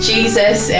Jesus